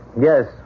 Yes